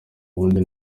ubundi